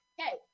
hey